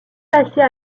passer